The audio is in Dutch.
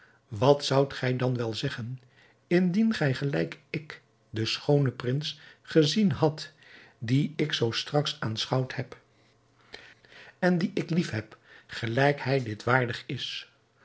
wat zoudt gij dan wel zeggen indien gij gelijk ik den schoonen prins gezien hadt dien ik zoo straks aanschouwd heb en dien ik lief heb gelijk hij dit waardig is